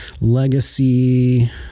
Legacy